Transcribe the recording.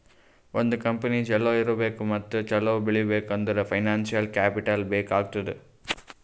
ಒಂದ್ ಕಂಪನಿ ಛಲೋ ಇರ್ಬೇಕ್ ಮತ್ತ ಛಲೋ ಬೆಳೀಬೇಕ್ ಅಂದುರ್ ಫೈನಾನ್ಸಿಯಲ್ ಕ್ಯಾಪಿಟಲ್ ಬೇಕ್ ಆತ್ತುದ್